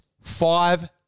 Five